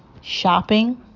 shopping